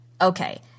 Okay